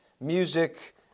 music